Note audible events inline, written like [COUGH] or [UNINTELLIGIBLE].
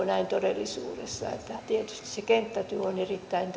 [UNINTELLIGIBLE] näin todellisuudessa tietysti se kenttätyö on erittäin [UNINTELLIGIBLE]